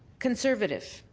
conservative.